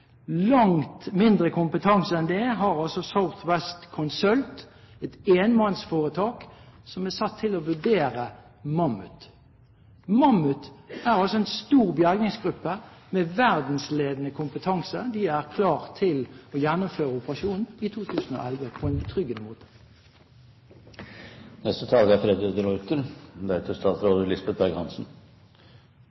Langt mindre kompetanse har altså South West Consult, et enmannsforetak som er satt til å vurdere Mammoet. Mammoet er altså en stor bergingsgruppe med verdensledende kompetanse. De er klare til å gjennomføre operasjonen i 2011 på en trygg måte. Jeg er